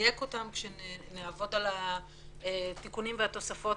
שנדייק אותם כשנעבוד על התיקונים והתוספות